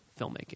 filmmaking